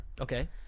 Okay